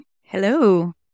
Hello